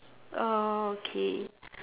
oh okay